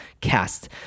cast